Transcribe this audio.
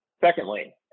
Secondly